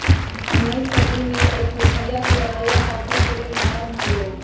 उनइस सदी में इथोपिया के रवैया कॉफ़ी के लेल नरम हो गेलइ